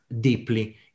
deeply